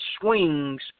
swings